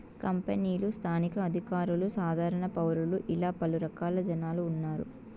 కంపెనీలు స్థానిక అధికారులు సాధారణ పౌరులు ఇలా పలు రకాల జనాలు ఉన్నారు